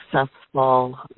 successful